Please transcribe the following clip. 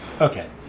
Okay